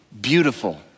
beautiful